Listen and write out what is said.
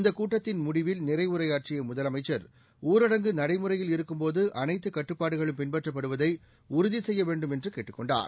இந்த கூட்டத்தின் முடிவில் நிறைவுரையாற்றிய முதலமைச்சர் ஊரடங்கு நடைமுறையில் இருக்கும் போது அனைத்து கட்டுப்பாடுகளும் பின்பற்றப்படுவதை உறுதி செய்ய வேண்டும் என்றும் கேட்டுக் கொண்டார்